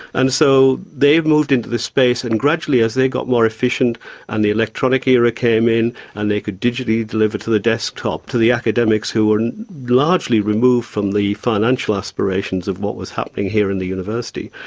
and so they've moved into this space and gradually as they got more efficient and the electronic era came in and they could digitally deliver to the desktop, to the academics who were largely removed from the financial aspirations of what was happening here in the university,